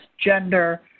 gender